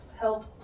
help